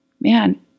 man